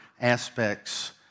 aspects